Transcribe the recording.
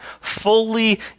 fully